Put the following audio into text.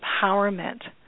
empowerment